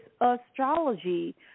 astrology